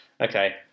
Okay